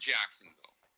Jacksonville